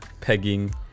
pegging